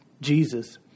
Jesus